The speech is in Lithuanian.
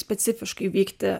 specifiškai vykti